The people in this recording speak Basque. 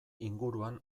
inguruan